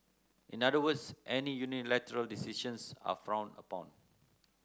in other words any unilateral decisions are frowned upon